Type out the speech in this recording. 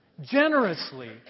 Generously